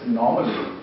normally